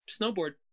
snowboard